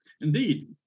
Indeed